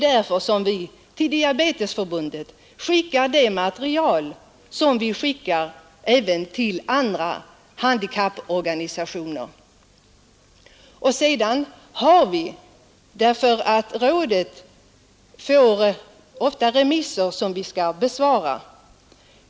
Därför skickar vi till Diabetesförbundet det material som vi skickar även till andra handikapporganisationer. Rådet får ofta remisser till besvarande.